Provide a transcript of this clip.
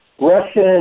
Russian